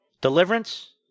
deliverance